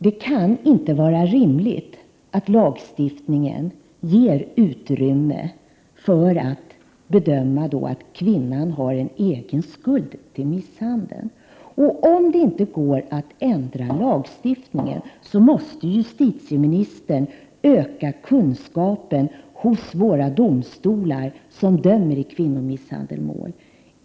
Det kan inte vara rimligt att lagstiftningen på detta sätt ger utrymme för bedömningen att kvinnan i sådana här fall har egen skuld till misshandeln. Om det inte går att ändra lagstiftningen måste justitieministern se till att öka kunskapen hos dem i våra domstolar som har att döma i kvinnomisshandelsmål.